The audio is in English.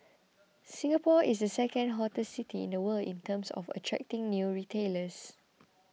Singapore is the second hottest city in the world in terms of attracting new retailers